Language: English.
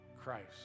Christ